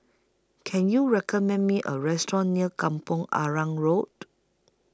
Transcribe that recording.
Can YOU recommend Me A Restaurant near Kampong Arang Road